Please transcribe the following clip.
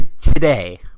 today